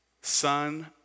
Son